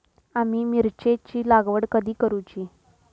आम्ही मिरचेंची लागवड कधी करूची?